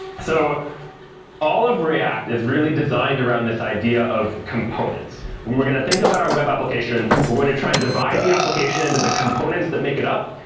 so all of react is really designed around this idea of components. when we're going to think about our web application, we're going to try and divide the application into the components that make it up,